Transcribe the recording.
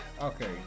Okay